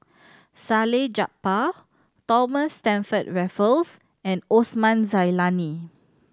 Salleh Japar Thomas Stamford Raffles and Osman Zailani